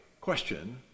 question